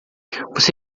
você